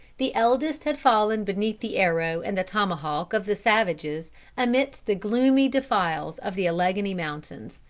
the eldest had fallen beneath the arrow and the tomahawk of the savages amidst the gloomy defiles of the alleghany mountains.